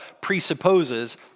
presupposes